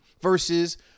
versus